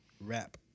rap